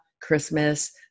Christmas